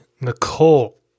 Nicole